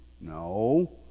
No